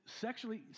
sexually